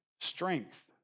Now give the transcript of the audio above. strength